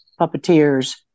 puppeteers